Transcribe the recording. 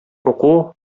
уку